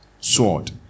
sword